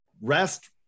rest